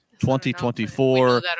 2024